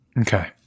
Okay